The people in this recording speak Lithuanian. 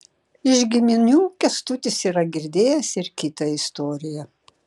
iš giminių kęstutis yra girdėjęs ir kitą istoriją